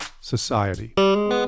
society